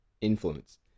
influence